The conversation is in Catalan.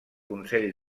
consell